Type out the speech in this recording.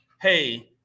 hey